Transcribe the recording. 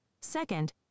Second